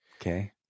Okay